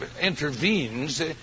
intervenes